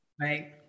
Right